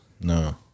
No